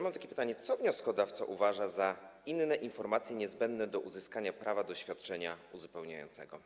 Mam takie pytanie: Co wnioskodawca uważa za inne informacje niezbędne do uzyskania prawa do świadczenia uzupełniającego?